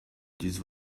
this